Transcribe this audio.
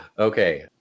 Okay